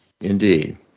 Indeed